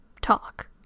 Talk